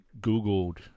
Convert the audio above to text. googled